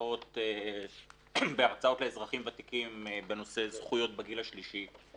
בהרצאות לאזרחים ותיקים בנושא זכויות בגיל השלישי.